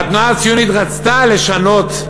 והתנועה הציונית רצתה לשנות,